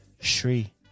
Shri